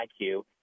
IQ